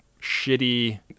shitty